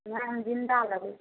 नहि हम जिन्दा लेबै